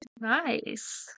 Nice